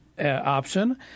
Option